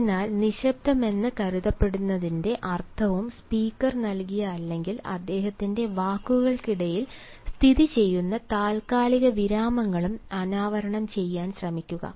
അതിനാൽ നിശബ്ദമെന്ന് കരുതപ്പെടുന്നതിന്റെ അർത്ഥവും സ്പീക്കർ നൽകിയ അല്ലെങ്കിൽ അദ്ദേഹത്തിന്റെ വാക്കുകൾക്കിടയിൽ സ്ഥിതിചെയ്യുന്ന താൽക്കാലിക വിരാമങ്ങളും അനാവരണം ചെയ്യാൻ ശ്രമിക്കുക